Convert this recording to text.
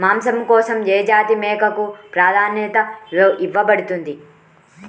మాంసం కోసం ఏ జాతి మేకకు ప్రాధాన్యత ఇవ్వబడుతుంది?